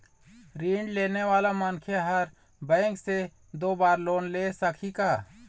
ऋण लेने वाला मनखे हर बैंक से दो बार लोन ले सकही का?